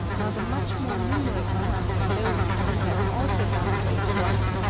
while the much more numerous class of those who have also done great work,